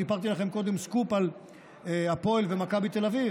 סיפרתי לכם קודם סקופ על הפועל ומכבי תל אביב,